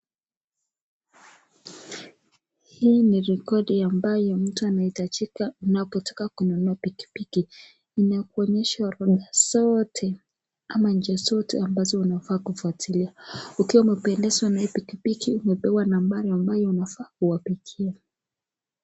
Hii ni rekodi ambayo mtu anahitajika unapotaka kununua pikipiki inakuonyesha orodha zote ama njia zote ambazo unafaa kufuatilia ukiwa umependezwa na hii pikipiki umepewa nambari ambayo unafaa kuwapigia.